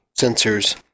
sensors